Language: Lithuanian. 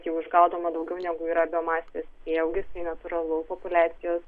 jau išgaudoma daugiau negu yra biomasės prieaugis tai natūralu populiacijos